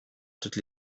toutes